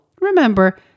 Remember